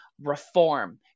reform